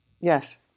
Yes